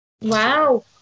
Wow